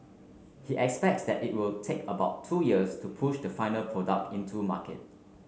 he expects that it will take about two years to push the final product into market